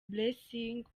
blessing